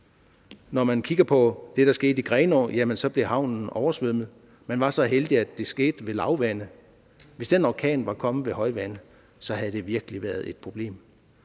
Når man kigger på det, der skete i Grenaa, jamen så blev havnen oversvømmet. Man var så heldig, at det skete ved lavvande. Hvis den orkan var kommet ved højvande, havde det virkelig været et problem.